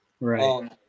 Right